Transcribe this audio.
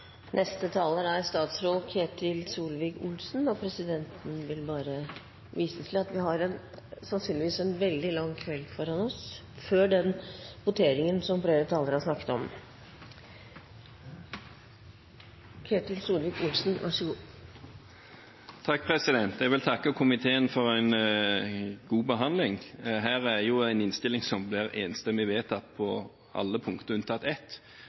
Presidenten vil bare vise til at vi sannsynligvis har en veldig lang kveld foran oss før den voteringen som flere talere har snakket om. Jeg vil takke komiteen for en god behandling. Her er jo en innstilling som blir enstemmig vedtatt på alle punkter unntatt ett.